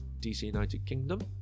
dcunitedkingdom